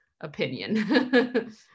opinion